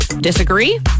Disagree